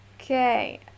Okay